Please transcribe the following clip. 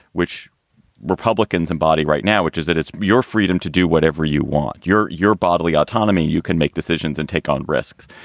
which republicans embody right now, which is that it's your freedom to do whatever you want, your your bodily autonomy. you can make decisions and take on risks.